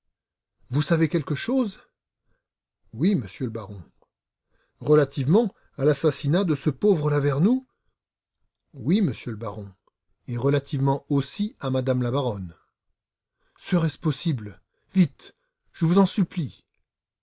vous savez quelque chose oui monsieur le baron relativement à l'assassinat de ce pauvre lavernoux oui monsieur le baron et relativement aussi à m me la baronne serait-ce possible vite je vous en supplie